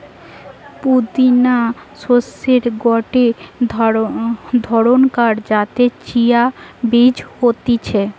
পুদিনা শস্যের গটে ধরণকার যাতে চিয়া বীজ হতিছে